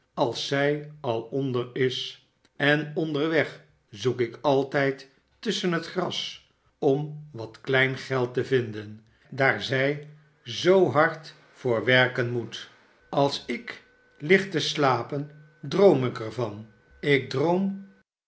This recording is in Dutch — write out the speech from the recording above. als zij al onder is en onderweg zoek ik altijd tusschen het gras om wat klein geld te vinden daar zij zoo hard voor werken moet als ik lig te slapen droom ik er van ik droom